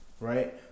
right